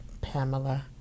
Pamela